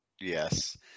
Yes